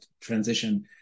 transition